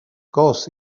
course